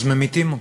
ממיתים אותם,